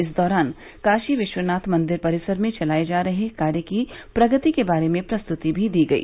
इस दौरान काशी विश्वनाथ मंदिर परिसर में चलाये जा रहे कार्य की प्रगति के बारे में प्रस्तुति भी दी गई